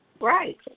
Right